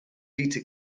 beta